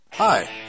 Hi